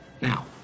Now